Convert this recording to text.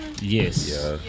Yes